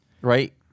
Right